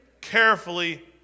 carefully